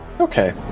Okay